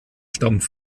stammt